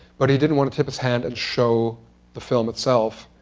but he didn't want to tip his hand and show the film itself.